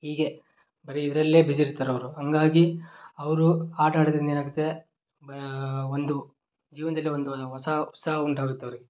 ಹೀಗೇ ಬರೀ ಇದರಲ್ಲೇ ಬಿಝಿ ಇರ್ತಾರವ್ರು ಹಂಗಾಗಿ ಅವರು ಆಟ ಆಡೋದರಿಂದ ಏನಾಗುತ್ತೆ ಬಾ ಒಂದು ಜೀವನದಲ್ಲಿ ಒಂದು ಹೊಸ ಸ ಉಂಟಾಗುತ್ತೆ ಅವ್ರಿಗೆ